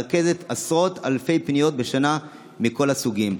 והיא מרכזת עשרות אלפי פניות בשנה מכל הסוגים.